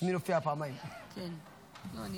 אדוני